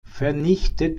vernichtet